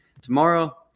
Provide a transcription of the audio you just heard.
Tomorrow